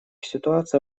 ситуация